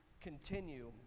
continue